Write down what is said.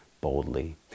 boldly